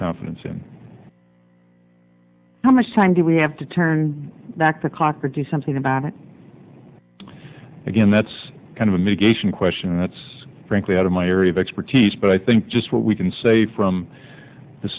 confidence in how much time do we have to turn back the clock or do something about it again that's kind of a mediation question and that's frankly out of my area of expertise but i think just what we can say from the